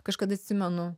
kažkada atsimenu